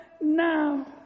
Now